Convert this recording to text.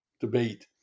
debate